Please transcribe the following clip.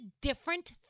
different